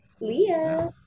leah